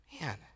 Man